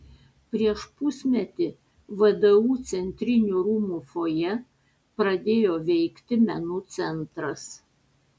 prieš pusmetį vdu centrinių rūmų fojė pradėjo veikti menų centras